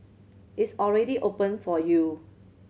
it's already open for you